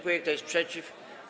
Kto jest przeciw?